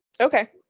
Okay